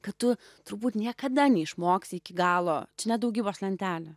kad tu turbūt niekada neišmoksi iki galo čia ne daugybos lentelė